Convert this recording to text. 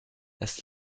erst